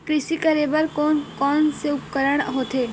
कृषि करेबर कोन कौन से उपकरण होथे?